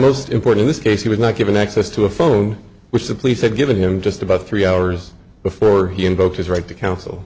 most important this case he was not given access to a phone which the police had given him just about three hours before he invoked his right to counsel